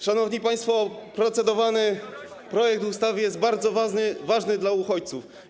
Szanowni państwo, procedowany projekt ustawy jest bardzo ważny dla uchodźców.